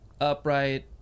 upright